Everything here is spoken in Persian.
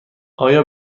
آیا